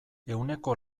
ehuneko